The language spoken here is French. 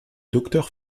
docteur